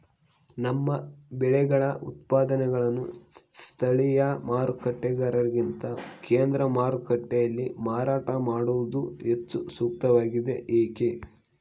ನಮ್ಮ ಬೆಳೆಗಳ ಉತ್ಪನ್ನಗಳನ್ನು ಸ್ಥಳೇಯ ಮಾರಾಟಗಾರರಿಗಿಂತ ಕೇಂದ್ರ ಮಾರುಕಟ್ಟೆಯಲ್ಲಿ ಮಾರಾಟ ಮಾಡುವುದು ಹೆಚ್ಚು ಸೂಕ್ತವಾಗಿದೆ, ಏಕೆ?